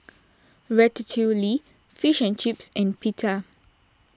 Ratatouille Fish and Chips and Pita